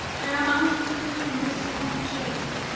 i am out of breath in this fond chase!